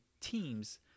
teams